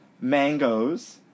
Mangoes